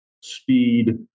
speed